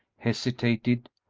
hesitated,